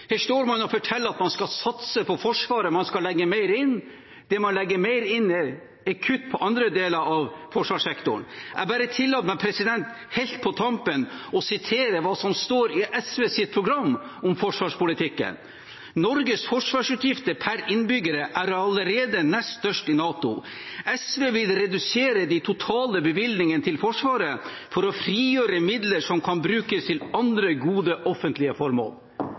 Her står man og forteller at man skal satse på Forsvaret, at man skal legge mer inn. Det man legger inn, er kutt på andre deler av forsvarssektoren. Jeg bare tillater meg helt på tampen å sitere hva som står i SVs program om forsvarspolitikken: «Norges forsvarsutgifter per innbygger er allerede nest størst i NATO. SV vil redusere de totale bevilgningene til forsvaret for å frigjøre midler som kan brukes på andre gode, offentlige formål.»